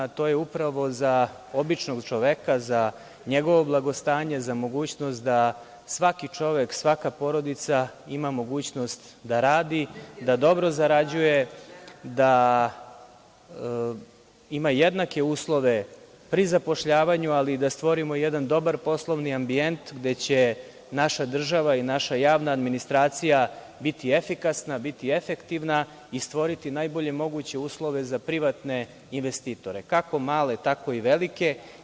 To je upravo za običnog čoveka, za njegovo blagostanje, za mogućnost da svaki čovek, svaka porodica ima mogućnost da radi, da dobro zarađuje, da ima jednake uslove pri zapošljavanju, ali i da stvorimo jedan dobar poslovni ambijent gde će naša država i naša javna administracija biti efikasna, biti efektivna i stvoriti najbolje moguće uslove za privatne investitore, kako male tako i velike.